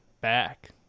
back